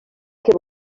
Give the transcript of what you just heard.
que